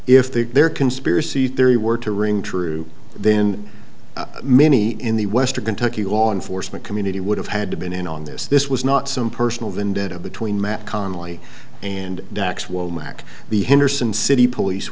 if they their conspiracy theory were to ring true then many in the western kentucky law enforcement community would have had to been in on this this was not some personal vendetta between matt connelly and dax womack the henderson city police